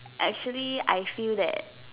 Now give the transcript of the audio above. actually I feel that